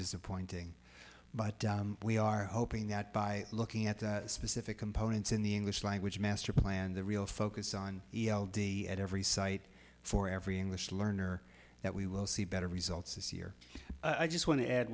disappointing but we are hoping that by looking at the specific components in the english language master plan the real focus on e l d at every site for every english learner that we will see better results this year i just want to add